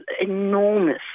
enormous